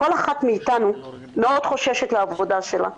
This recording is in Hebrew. כל אחת מאתנו מאוד חוששת לעבודתה,